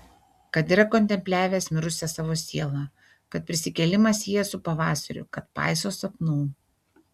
kad yra kontempliavęs mirusią savo sielą kad prisikėlimą sieja su pavasariu kad paiso sapnų